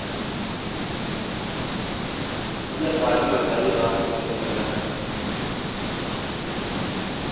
बधिया क्वालिटी होनी चाहिदी बस और केह् चाहिदा